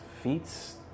feats